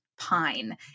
Pine